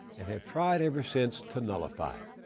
and have tried ever since to nullify it.